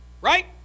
Right